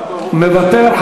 מוותר.